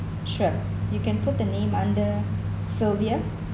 sure you can put the name under sylvia